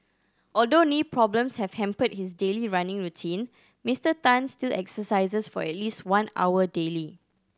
although knee problems have hampered his daily running routine Mister Tan still exercises for at least one hour daily